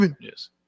Yes